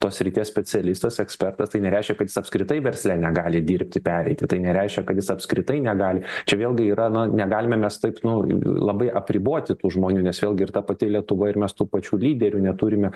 tos srities specialistas ekspertas tai nereiškia kad jis apskritai versle negali dirbti pereiti tai nereiškia kad jis apskritai negali čia vėlgi yra na negalime mes taip nu labai apriboti tų žmonių nes vėlgi ir ta pati lietuva ir mes tų pačių lyderių neturime